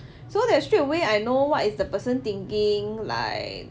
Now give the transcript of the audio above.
so that straightaway I know what is the person thinking like